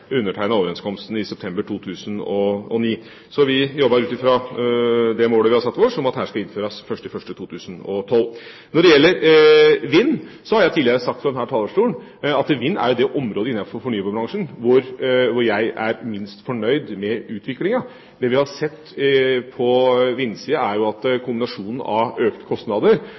overenskomsten i september 2009. Så vi jobber ut fra det målet vi har satt oss om at dette skal innføres 1. januar 2012. Når det gjelder vind, har jeg tidligere sagt fra denne talerstolen at vind er det området innenfor fornybarbransjen hvor jeg er minst fornøyd med utviklingen. Det vi har sett på vindsiden, er at